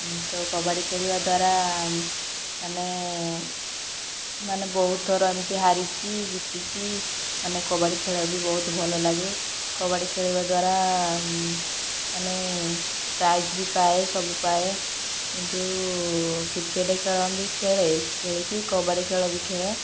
ମୁଁ ତ କବାଡ଼ି ଖେଳିବା ଦ୍ୱାରା ମାନେ ମାନେ ବହୁତ ଥର ଏମିତି ହାରିଛି ଜିତିଛି ମାନେ କବାଡ଼ି ଖେଳ ବି ବହୁତ ଭଲ ଲାଗେ କବାଡ଼ି ଖେଳିବା ଦ୍ୱାରା ମାନେ ପ୍ରାଇଜ୍ ବି ପାଏ ସବୁ ପାଏ କିନ୍ତୁ କିକେଟ୍ ଖେଳ ବି ଖେଳେ ଖେଳିକି କବାଡ଼ି ଖେଳ ବି ଖେଳେ